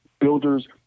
Builders